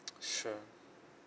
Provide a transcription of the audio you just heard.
sure